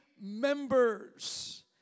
members